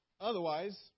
Otherwise